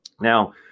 Now